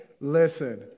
Listen